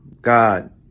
God